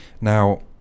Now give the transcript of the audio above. Now